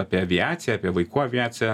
apie aviaciją apie vaikų aviaciją